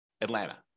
Atlanta